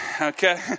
Okay